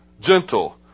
gentle